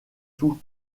tout